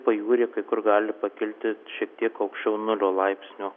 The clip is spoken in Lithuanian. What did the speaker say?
pajūry kai kur gali pakilti šiek tiek aukščiau nulio laipsnių